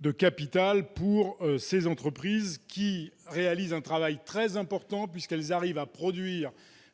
de capital pour ces entreprises, qui réalisent un travail très important. En effet, elles parviennent à produire